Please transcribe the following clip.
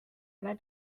ole